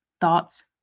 thoughts